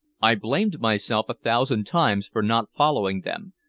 i blamed myself a thousand times for not following them,